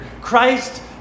Christ